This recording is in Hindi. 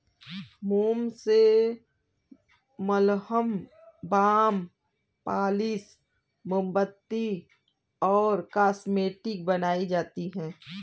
मोम से मलहम, बाम, पॉलिश, मोमबत्ती और कॉस्मेटिक्स बनाई जाती है